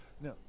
now